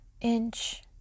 inch